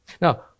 Now